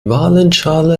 valenzschale